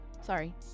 Sorry